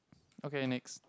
okay next